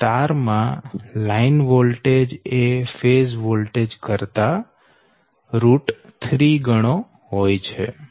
star માં line voltage એ phase voltage કરતા3 ગણો હોય છે